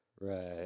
Right